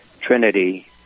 trinity